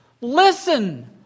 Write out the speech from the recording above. Listen